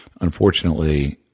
Unfortunately